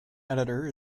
editor